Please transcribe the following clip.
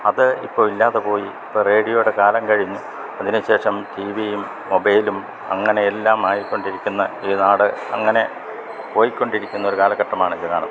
അത് ഇപ്പോൾ ഇല്ലാതെ പോയി ഇപ്പം റേഡിയോയുടെ കാലം കഴിഞ്ഞു അതിന് ശേഷം ടിവിയും മൊബൈലും അങ്ങനെ എല്ലാം മാറിക്കൊണ്ടിരിക്കുന്ന ഈ നാട് അങ്ങനെ പോയിക്കൊണ്ടിരിക്കുന്ന ഒരു കാലഘട്ടമാണ് ഇതാണ്